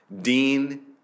Dean